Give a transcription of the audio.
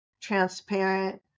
transparent